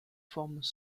formes